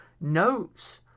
notes